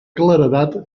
claredat